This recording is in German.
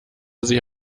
sich